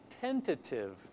tentative